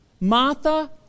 Martha